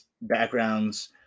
backgrounds